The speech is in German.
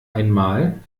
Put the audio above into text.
einmal